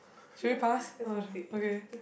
should we pass oh okay